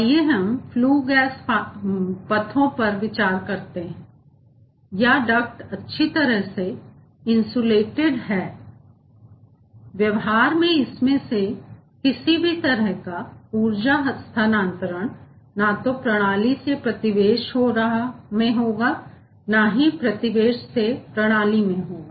आइए अब हम फ्लू गैस पथों पर विचार करते हैं या डक्ट अच्छी तरह से इनसुलेटेडरोधित है व्यवहार में इसमें से किसी भी तरह का ऊर्जा स्थानांतरण ना तो प्रणाली से प्रतिवेश में होगा और ना ही प्रतिवेश से प्रणाली में होगा